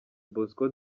bosco